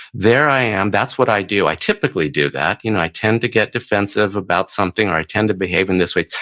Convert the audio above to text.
there i am. that's what i do. i typically do that. you know i tend to get defensive about something or i tend to defend in this way.